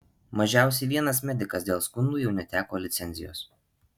mažiausiai vienas medikas dėl skundų jau neteko licencijos